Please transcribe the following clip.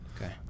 Okay